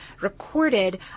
recorded